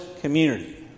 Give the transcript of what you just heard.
community